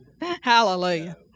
hallelujah